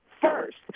first